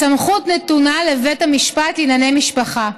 הסמכות נתונה לבית המשפט לענייני משפחה,